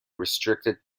restricted